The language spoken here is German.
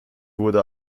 wurde